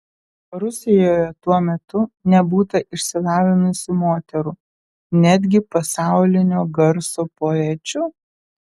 rusijoje tuo metu nebūta išsilavinusių moterų netgi pasaulinio garso poečių